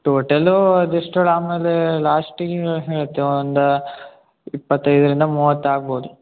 total ಅದು ಎಷ್ಟು ಹೇಳಿ ಆಮೇಲೆ ಲಾಸ್ಟಿಗೆ ಹೇಳ್ತೆ ಒಂದು ಇಪ್ಪತ್ತೈದರಿಂದ ಮೂವತ್ತು ಆಗ್ಬೋದು